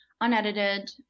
unedited